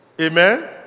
Amen